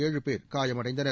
ஏழு பேர் காயமடைந்தனர்